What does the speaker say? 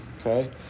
okay